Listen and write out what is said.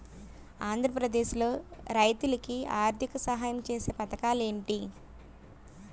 ఆంధ్రప్రదేశ్ లో రైతులు కి ఆర్థిక సాయం ఛేసే పథకాలు ఏంటి?